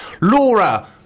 Laura